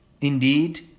indeed